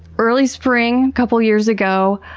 early spring a couple of years ago,